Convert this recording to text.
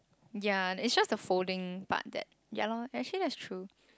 ya it's just the folding part that ya loh and I think that is true